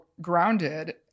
grounded